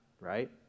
right